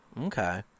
Okay